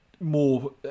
more